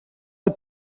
did